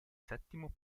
settimo